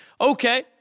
Okay